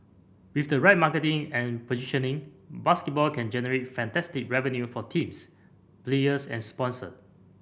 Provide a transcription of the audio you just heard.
with the right marketing and positioning basketball can generate fantastic revenue for teams players and sponsor